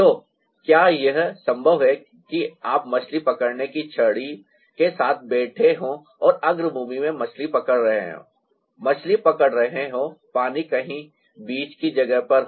तो क्या यह संभव है कि आप मछली पकड़ने की छड़ी के साथ बैठे हों और अग्रभूमि में मछली पकड़ रहे हों और मछली पकड़ रहे हों पानी कहीं बीच की जगह पर हो